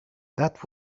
that